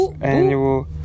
annual